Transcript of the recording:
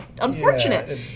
unfortunate